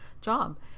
job